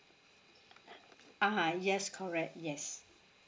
ah ha yes correct yes